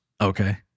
Okay